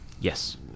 Yes